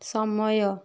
ସମୟ